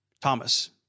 Thomas